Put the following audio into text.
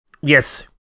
yes